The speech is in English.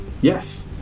Yes